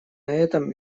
этом